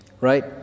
Right